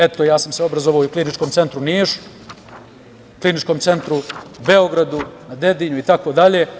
Eto, ja sam se obrazovao i u Kliničkom centru u Nišu, Kliničkom centru Beograd na Dedinju itd.